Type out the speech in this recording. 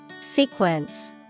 Sequence